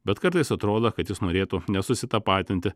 bet kartais atrodo kad jis norėtų nesusitapatinti